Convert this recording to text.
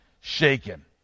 shaken